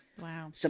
Wow